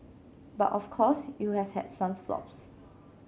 but of course you have had some flops